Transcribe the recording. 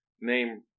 name